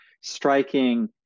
striking